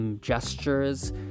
gestures